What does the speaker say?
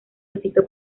osito